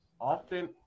often